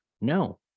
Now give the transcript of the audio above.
No